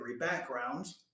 backgrounds